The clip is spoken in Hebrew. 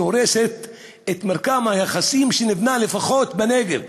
שהורסת את מרקם היחסים שנבנה לפחות בנגב,